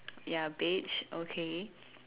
ya beige okay